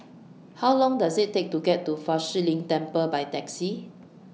How Long Does IT Take to get to Fa Shi Lin Temple By Taxi